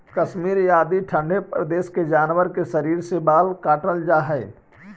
कश्मीर आदि ठण्ढे प्रदेश के जानवर के शरीर से बाल काटल जाऽ हइ